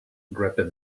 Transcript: grabbed